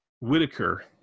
Whitaker